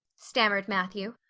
stammered matthew.